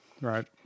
Right